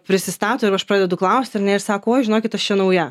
prisistato jeigu aš pradedu klaust ar ne ir sako oi žinokit aš čia nauja